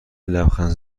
لبخند